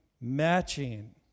matching